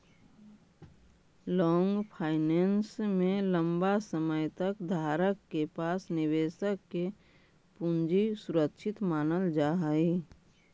long finance में लंबा समय तक धारक के पास निवेशक के पूंजी सुरक्षित मानल जा हई